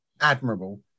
admirable